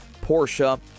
Porsche